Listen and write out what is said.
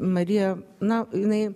marija na jinai